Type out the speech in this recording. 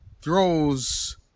throws